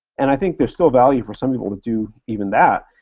and i think there's still value for some people to do even that,